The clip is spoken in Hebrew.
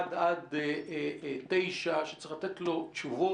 אחד עד תשעה קילומטר שצריך לתת לו תשובות.